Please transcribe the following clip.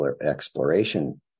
exploration